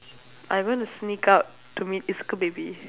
I want to sneak out to meet isco baby